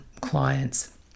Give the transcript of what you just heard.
clients